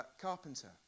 Carpenter